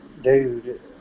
dude